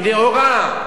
היא נאורה.